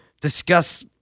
discuss